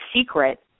secret